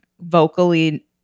vocally